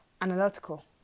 analytical